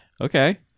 Okay